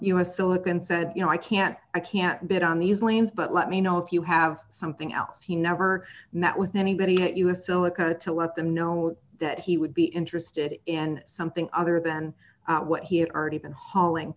us silicon said you know i can't i can't bit on these lanes but let me know if you have something else he never met with anybody at us silica to let them know that he would be interested in something other than what he had already been hauling